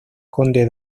conde